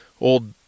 old